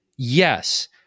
yes